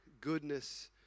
goodness